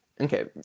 okay